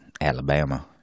Alabama